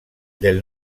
del